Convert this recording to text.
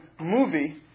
movie